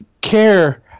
care